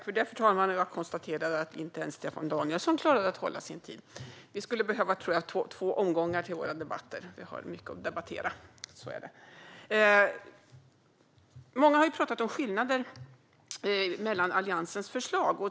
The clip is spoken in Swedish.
Fru talman! Jag konstaterar att inte ens Staffan Danielsson klarade att hålla sin talartid. Vi skulle behöva två omgångar till våra debatter. Vi har mycket att debattera. Många har talat om skillnader mellan Alliansens förslag.